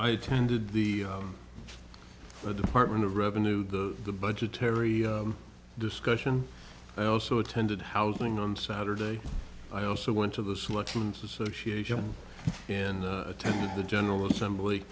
i attended the the department of revenue the the budgetary discussion i also attended housing on saturday i also went to the selections association and attended the general assembly